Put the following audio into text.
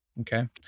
okay